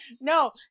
No